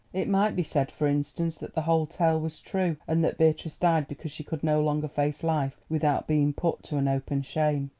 it might be said, for instance, that the whole tale was true, and that beatrice died because she could no longer face life without being put to an open shame.